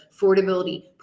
affordability